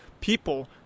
people